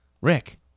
Rick